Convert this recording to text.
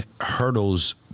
hurdles